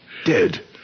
Dead